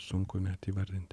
sunku net įvardint